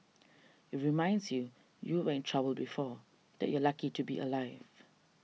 it reminds you you were in trouble before that you're lucky to be alive